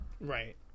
Right